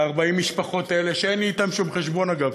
ב-40 המשפחות האלה, שאין לי אתם שום חשבון, אגב,